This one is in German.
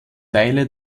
teile